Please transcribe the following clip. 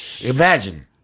Imagine